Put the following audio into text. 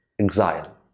exile